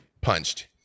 punched